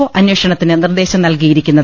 O അന്വേഷണത്തിന് നിർദ്ദേശം നൽകിയിരിക്കുന്നത്